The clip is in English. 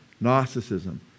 Gnosticism